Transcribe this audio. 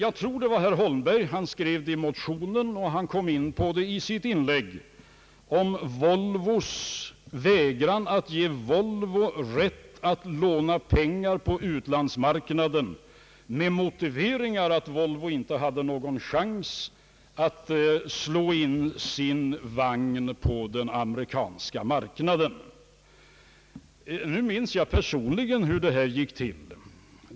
Herr Holmberg har både i motionen och i sitt inlägg här i dag tagit upp frågan om regeringens vägran att ge Volvo rätt att låna pengar på utlandsmarknaden med motiveringen att Volvo inte hade någon chans att slå in sin vagn på den amerikanska marknaden. Nu minns jag personligen hur detta gick till.